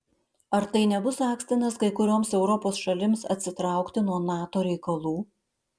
ar tai nebus akstinas kai kurioms europos šalims atsitraukti nuo nato reikalų